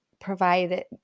provide